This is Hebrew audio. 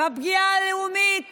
פגיעה לאומית